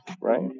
right